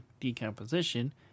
decomposition